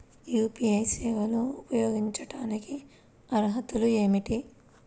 UPI సేవలు ఉపయోగించుకోటానికి అర్హతలు ఏమిటీ?